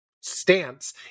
stance